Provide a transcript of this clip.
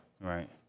Right